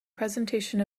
presentation